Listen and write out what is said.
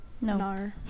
No